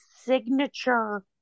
signature